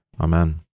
Amen